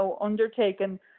undertaken